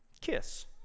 kiss